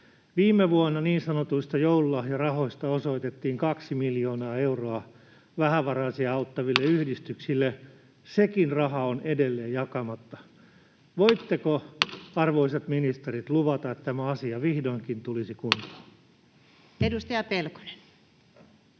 Viime vuonna niin sanotuista joululahjarahoista osoitettiin 2 miljoonaa euroa vähävaraisia auttaville yhdistyksille. Sekin raha on edelleen jakamatta. Voitteko, arvoisat ministerit, luvata, että tämä asia vihdoinkin tulisi kuntoon? [Speech